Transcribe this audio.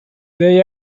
they